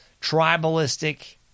tribalistic